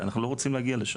אנחנו לא רוצים להגיע לשם.